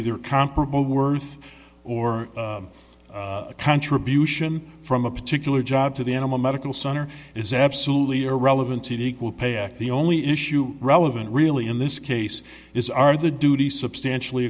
either comparable worth or a contribution from a particular job to the animal medical center is absolutely irrelevant to the equal pay act the only issue relevant really in this case is are the duty substantially